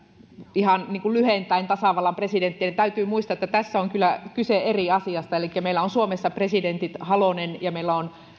ihan niin kuin lyhentäen tasavallan presidentistä niin täytyy muistaa että tässä on kyllä kyse eri asiasta elikkä meillä on suomessa presidentti halonen ja meillä on